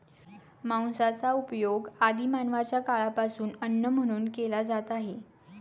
मांसाचा उपयोग आदि मानवाच्या काळापासून अन्न म्हणून केला जात आहे